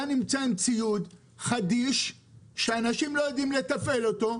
אתה נמצא עם ציוד חדיש שאנשים לא יודעים לתפעל אותו,